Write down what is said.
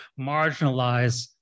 marginalize